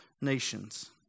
nations